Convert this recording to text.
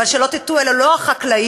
אבל שלא תטעו, אלה לא החקלאים.